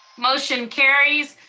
motion carries,